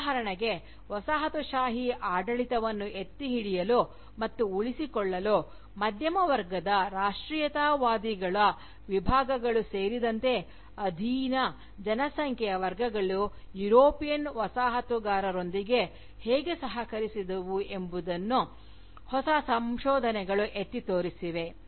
ಉದಾಹರಣೆಗೆ ವಸಾಹತುಶಾಹಿ ಆಡಳಿತವನ್ನು ಎತ್ತಿಹಿಡಿಯಲು ಮತ್ತು ಉಳಿಸಿಕೊಳ್ಳಲು ಮಧ್ಯಮ ವರ್ಗದ ರಾಷ್ಟ್ರೀಯವಾದಿಗಳ ವಿಭಾಗಗಳು ಸೇರಿದಂತೆ ಅಧೀನ ಜನಸಂಖ್ಯೆಯ ವರ್ಗಗಳು ಯುರೋಪಿಯನ್ ವಸಾಹತುಗಾರರೊಂದಿಗೆ ಹೇಗೆ ಸಹಕರಿಸಿದವು ಎಂಬುದನ್ನು ಹೊಸ ಸಂಶೋಧನೆಗಳು ಎತ್ತಿ ತೋರಿಸಿದೆ